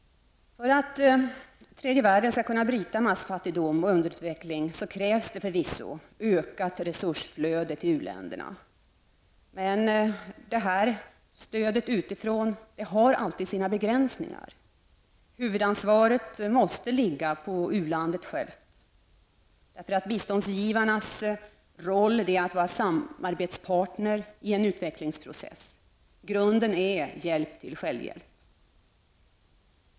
För att tredje världen skall kunna bryta massfattigdom och underutveckling krävs ökat resursflöde till u-länderna. Men detta stöd utifrån kommer alltid att ha sina begränsningar. Huvudansvaret måste ligga på u-landet självt. Biståndsgivarnas roll är att vara samarbetspartner i en utvecklingsprocess. Grunden är hjälp till självhjälp.